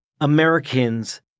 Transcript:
Americans